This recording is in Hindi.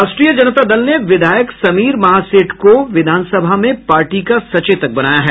राष्ट्रीय जनता दल ने विधायक समीर महासेठ को विधानसभा में पार्टी का सचेतक बनाया है